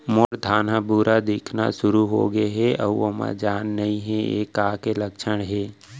मोर धान ह भूरा दिखना शुरू होगे हे अऊ ओमा जान नही हे ये का के लक्षण ये?